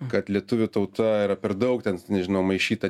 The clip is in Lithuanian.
kad lietuvių tauta yra per daug ten nežinau maišyta